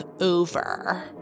over